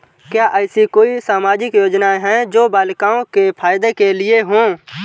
क्या ऐसी कोई सामाजिक योजनाएँ हैं जो बालिकाओं के फ़ायदे के लिए हों?